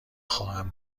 خواهم